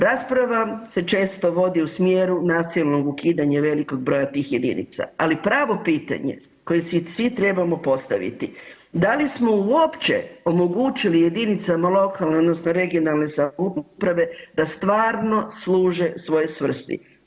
Rasprava se često vodi u smjeru nasilnog ukidanja velikog broja tih jedinica, ali pravo pitanje koje si svi trebamo postaviti, da li smo uopće omogućili jedinicama lokalne odnosno regionalne samouprave da stvarno služe svojoj svrsi.